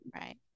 Right